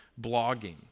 blogging